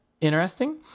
interesting